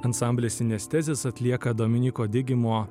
ansamblis synaesthesis atlieka dominyko digimo